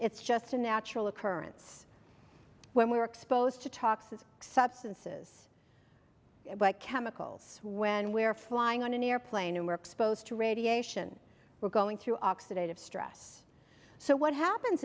it's just a natural occurrence when we are exposed to toxic substances chemicals when we're flying on an airplane and we're exposed to radiation we're going through oxidative stress so what happens